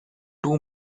two